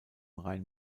rhein